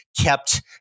kept